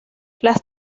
las